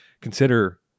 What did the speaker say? Consider